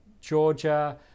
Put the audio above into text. Georgia